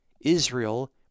Israel